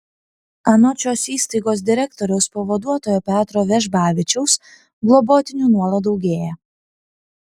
anot šios įstaigos direktoriaus pavaduotojo petro vežbavičiaus globotinių nuolat daugėja